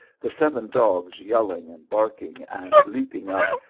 the seven dogs yelling and barking, and leaping up,